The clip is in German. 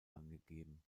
angegeben